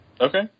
Okay